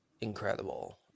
incredible